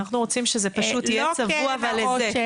-- אבל אנחנו רוצים שזה יהיה צבוע לזה.